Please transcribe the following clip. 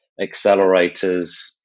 accelerators